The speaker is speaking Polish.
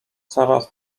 zaraz